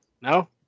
No